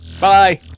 bye